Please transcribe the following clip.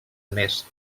més